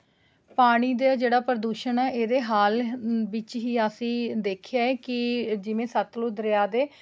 ਪਾਣੀ ਦਾ ਜਿਹੜਾ ਪ੍ਰਦੂਸ਼ਣ ਹੈ ਇਹਦੇ ਹਾਲ ਵਿੱਚ ਹੀ ਅਸੀਂ ਦੇਖਿਆ ਹੈ ਕਿ ਜਿਵੇਂ ਸਤਲੁਜ ਦਰਿਆ ਦੇ